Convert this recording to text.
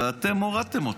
ואתם הורדתם אותה.